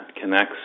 connects